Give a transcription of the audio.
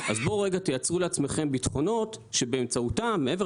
אז תייצרו לעצמכם ביטחונות שבאמצעותם מעבר